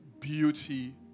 beauty